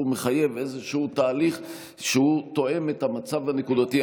והוא מחייב איזשהו תהליך שתואם את המצב הנקודתי.